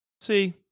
See